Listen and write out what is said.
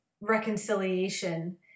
reconciliation